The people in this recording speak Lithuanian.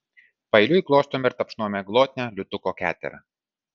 paeiliui glostome ir tapšnojame glotnią liūtuko keterą